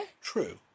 true